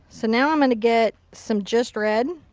so now i'm going to get some just red.